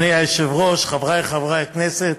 אדוני היושב-ראש, חברי חברי הכנסת,